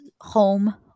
home